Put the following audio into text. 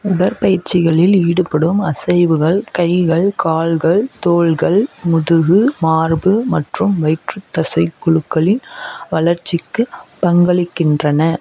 உடற்பயிற்சிகளில் ஈடுபடும் அசைவுகள் கைகள் கால்கள் தோள்கள் முதுகு மார்பு மற்றும் வயிற்றுத் தசைக் குழுக்களின் வளர்ச்சிக்கு பங்களிக்கின்றன